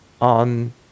on